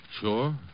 Sure